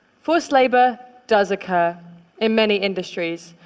forced labor does occur in many industries,